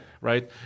Right